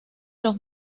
los